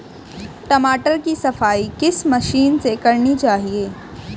टमाटर की सफाई किस मशीन से करनी चाहिए?